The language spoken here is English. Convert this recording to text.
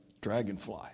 dragonfly